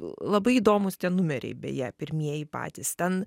labai įdomūs tie numeriai beje pirmieji patys ten